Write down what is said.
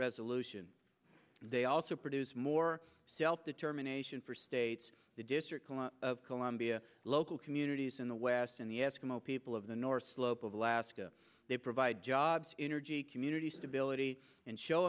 resolution they also produce more self determination for states the district of columbia local communities in the west and the eskimo people of the north slope of alaska they provide jobs energy community stability and show